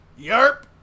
Yerp